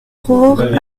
roure